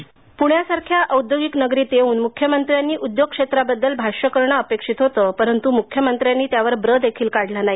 पृथ्वीराज चव्हाण पूण्यासारख्या औद्योगिक नगरीत येऊन मुख्यमंत्र्यांनी उद्योगक्षेत्राबद्दल भाष्य करणं अपेक्षित होतं परंतु मुख्यमंत्र्यांनी त्यावर ब्र देखील काढला नाही